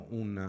un